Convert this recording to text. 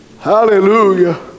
hallelujah